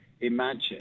imagine